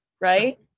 right